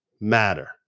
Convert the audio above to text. Matter